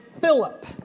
Philip